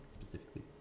specifically